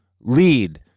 lead